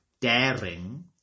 Daring